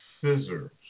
scissors